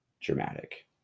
dramatic